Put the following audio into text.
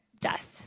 dust